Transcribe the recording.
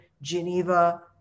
geneva